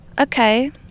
okay